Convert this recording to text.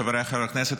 חבריי חברי הכנסת,